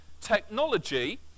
technology